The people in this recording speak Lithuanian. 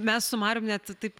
mes su marium net taip